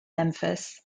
memphis